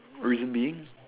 reason being